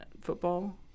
football